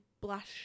blush